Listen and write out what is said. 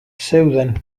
zeuden